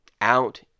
out